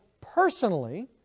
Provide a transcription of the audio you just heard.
personally